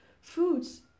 foods